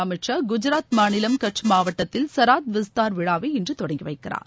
அமித் ஷா குஜராத் மாநிலம் கட்ச் மாவட்டத்தில் சராத் விஸ்தார் விகாசோத்சவ் விழாவை இன்று தொடங்கி வைக்கிறார்